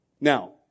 Now